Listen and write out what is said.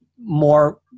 more